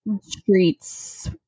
streets